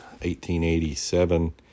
1887